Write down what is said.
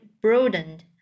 broadened